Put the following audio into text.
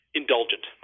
indulgent